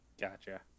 Gotcha